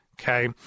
Okay